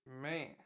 Man